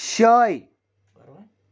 شاے